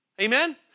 Amen